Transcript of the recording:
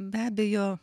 be abejo